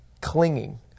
clinging